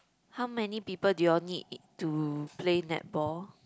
how many people do you'll need to play netball